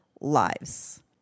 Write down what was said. lives